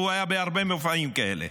והוא היה בהרבה מופעים כאלה,